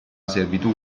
servitù